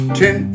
ten